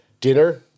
dinner